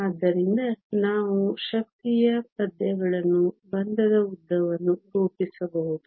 ಆದ್ದರಿಂದ ನಾವು ಶಕ್ತಿಯ ಪದ್ಯಗಳನ್ನು ಬಂಧದ ಉದ್ದವನ್ನು ರೂಪಿಸಬಹುದು